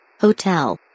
Hotel